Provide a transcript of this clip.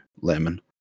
Lemon